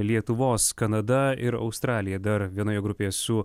lietuvos kanada ir australija dar vienoje grupėje su